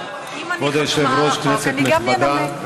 אם אני חתומה על החוק אני גם אנמק.